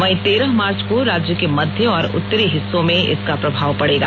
वहीं तेरह मार्च को राज्य के मध्य और उतरी हिस्सों में इसका प्रभाव पड़ेगा